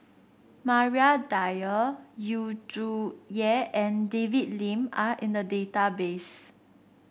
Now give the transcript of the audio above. Maria Dyer Yu Zhuye and David Lim are in the database